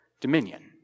dominion